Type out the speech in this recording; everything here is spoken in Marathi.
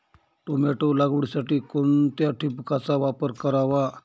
टोमॅटो लागवडीसाठी कोणत्या ठिबकचा वापर करावा?